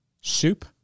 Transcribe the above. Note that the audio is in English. Soup